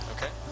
Okay